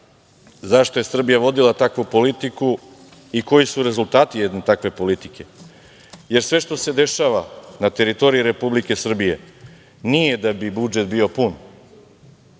zašto je Srbija vodila takvu politiku i koji su rezultati jedne takve politike. Sve što se dešava na teritoriji Republike Srbije nije da bi budžet bio pun,